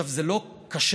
זה לא קשה,